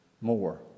more